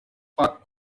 park